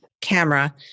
camera